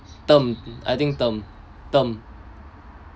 term I think term term